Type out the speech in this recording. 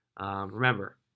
Remember